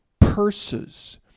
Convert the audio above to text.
purses